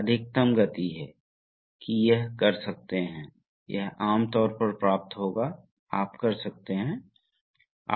तो मान लीजिए मान लीजिए कि कुछ कन्वेयर बेल्ट में कुछ आइटम आया है इसलिए हाइड्रोलिक आर्म हो सकता है जो आइटम को बिल में धकेल देगा और फिर वापस ले जाएगा